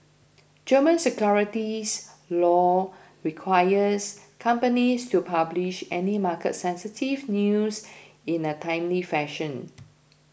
German securities law requires companies to publish any market sensitive news in a timely fashion